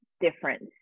difference